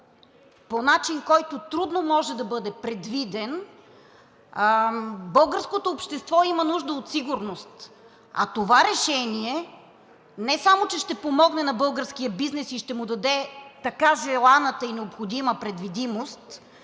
по начин, който трудно може да бъде предвиден, българското общество има нужда от сигурност, а това решение не само че ще помогне на българския бизнес и ще му даде така желаната и необходима предвидимост,